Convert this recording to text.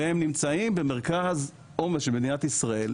והן נמצאות במרכז העומס של מדינת ישראל,